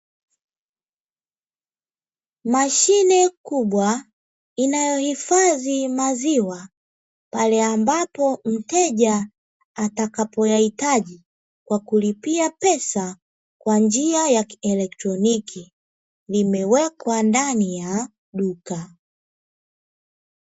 Mashine kubwa, inayohifadhi maziwa pale ambapo mteja atakapo yahitaji kwa kulipia pesa kwa njia ya kielektroniki limewekwa ndani ya duka.